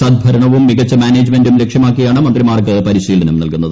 സദ്ഭരണവും മികച്ച മാനേജ്മെന്റും ലക്ഷ്യമാക്കിയാണ് മന്ത്രിമാർക്ക് പരിശീലനം നൽകുന്നത്